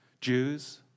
Jews